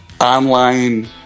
online